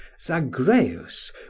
Zagreus